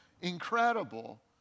incredible